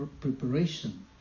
preparation